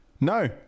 No